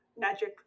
magic